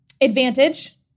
advantage